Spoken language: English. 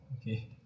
okay